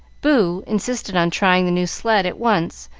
boo insisted on trying the new sled at once,